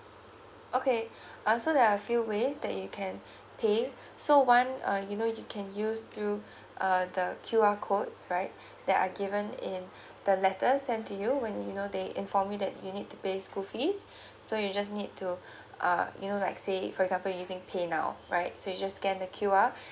okay uh so there are a few ways that you can pay so one uh you know you can use to uh the Q_R code right they are given in the letter sent to you when you know they informed me that you need to pay school fees so you just need to uh you know like pay for example you using paynow right so you just scan the Q_R